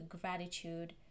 gratitude